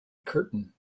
curtin